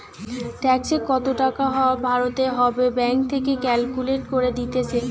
ট্যাক্সে কত টাকা ভরতে হবে ব্যাঙ্ক থেকে ক্যালকুলেট করে দিতেছে